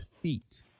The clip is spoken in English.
feet